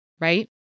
Right